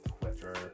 Twitter